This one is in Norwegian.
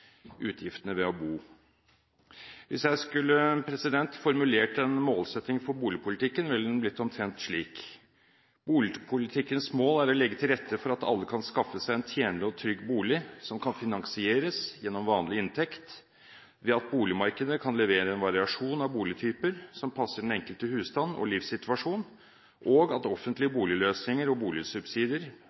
utgiftene ved å bo. Hvis jeg skulle formulert en målsetting for boligpolitikken, ville den blitt omtrent slik: Boligpolitikkens mål er å legge til rette for at alle kan skaffe seg en tjenlig og trygg bolig som kan finansieres gjennom vanlig inntekt, ved at boligmarkedet kan levere en variasjon av boligtyper som passer den enkelte husstand og livssituasjon, og at offentlige boligløsninger og boligsubsidier